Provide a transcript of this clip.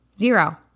Zero